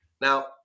Now